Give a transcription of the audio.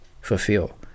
fulfill